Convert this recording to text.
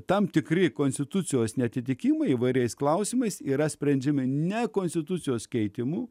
tam tikri konstitucijos neatitikimai įvairiais klausimais yra sprendžiami ne konstitucijos keitimu